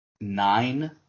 nine